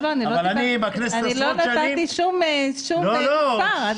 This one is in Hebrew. לא נתתי שום מספר.